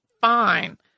fine